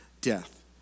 death